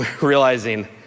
realizing